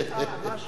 בר-און.